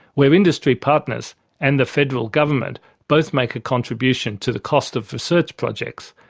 where industry partners and the federal government both make a contribution to the cost of research projects,